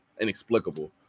inexplicable